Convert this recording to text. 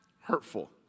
hurtful